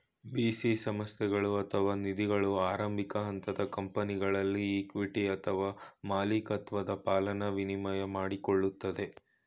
VC ಸಂಸ್ಥೆಗಳು ಅಥವಾ ನಿಧಿಗಳು ಆರಂಭಿಕ ಹಂತದ ಕಂಪನಿಗಳಲ್ಲಿ ಇಕ್ವಿಟಿ ಅಥವಾ ಮಾಲಿಕತ್ವದ ಪಾಲನ್ನ ವಿನಿಮಯ ಮಾಡಿಕೊಳ್ಳುತ್ತದೆ